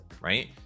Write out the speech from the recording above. right